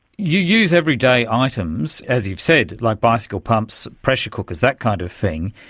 you use everyday items, as you've said, like bicycle pumps, pressure cookers, that kind of thing,